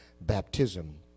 Baptism